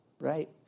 right